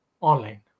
online